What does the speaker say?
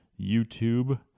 YouTube